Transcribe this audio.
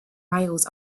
miles